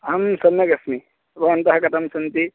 अहं सम्यगस्मि भवन्तः कथं सन्ति